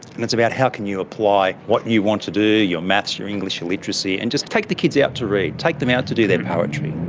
and it's about how can you apply what you want to do, your maths, your english, your literacy, and just take the kids out to read, take them out to do their poetry,